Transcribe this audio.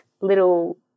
little